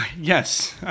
Yes